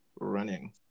running